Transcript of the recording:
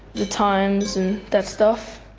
the times and that stuff,